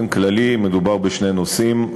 באופן כללי מדובר בשני נושאים.